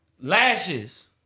lashes